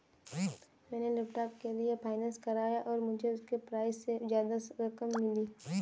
मैंने लैपटॉप के लिए फाइनेंस कराया और मुझे उसके प्राइज से ज्यादा रकम मिली